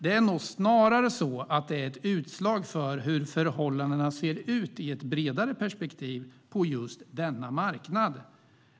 Den är nog snarare ett utslag för hur förhållandena ser ut i ett bredare perspektiv på just denna marknad.